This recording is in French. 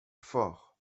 fort